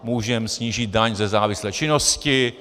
Můžeme snížit daň ze závislé činnosti.